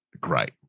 great